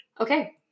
Okay